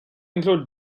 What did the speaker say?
include